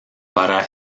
para